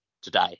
today